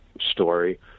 story